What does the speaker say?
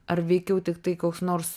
ar veikiau tiktai koks nors